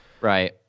Right